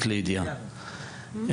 רק לידיעה.